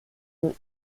und